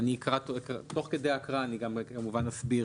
תוך כדי הקראה אסביר